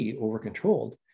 over-controlled